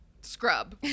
scrub